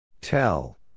Tell